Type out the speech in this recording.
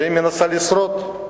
שהיא מנסה לשרוד.